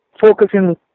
focusing